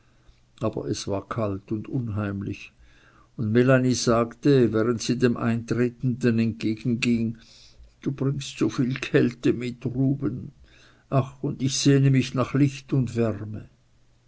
aber es war kalt und unheimlich und melanie sagte während sie dem eintretenden entgegenging du bringst so viel kälte mit ruben ach und ich sehne mich nach licht und wärme